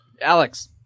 Alex